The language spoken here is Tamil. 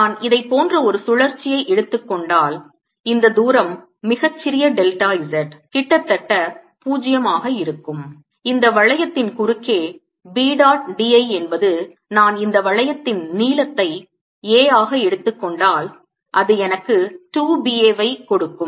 நான் இதைப் போன்ற ஒரு சுழற்சியை எடுத்துக் கொண்டால் இந்த தூரம் மிகச் சிறிய டெல்டா z கிட்டத்தட்ட 0 ஆக இருக்கும் இந்த வளையத்தின் குறுக்கே B dot dl என்பது நான் இந்த வளையத்தின் நீளத்தை a ஆக எடுத்துக் கொண்டால் அது எனக்கு 2Ba வை கொடுக்கும்